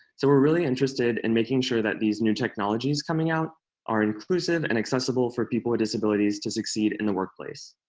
so we're really interested in making sure that these new technologies coming out are inclusive and accessible for people with disabilities to succeed in the workplace.